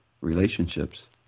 relationships